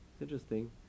interesting